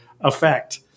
effect